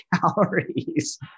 calories